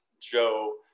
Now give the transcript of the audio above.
Joe